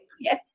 Yes